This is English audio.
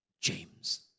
James